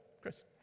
Chris